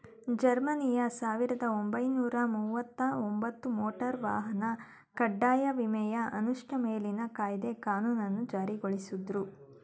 ಜರ್ಮನಿಯು ಸಾವಿರದ ಒಂಬೈನೂರ ಮುವತ್ತಒಂಬತ್ತು ಮೋಟಾರ್ ವಾಹನ ಕಡ್ಡಾಯ ವಿಮೆಯ ಅನುಷ್ಠಾ ಮೇಲಿನ ಕಾಯ್ದೆ ಕಾನೂನನ್ನ ಜಾರಿಗೊಳಿಸುದ್ರು